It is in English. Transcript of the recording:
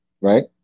right